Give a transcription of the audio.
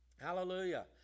Hallelujah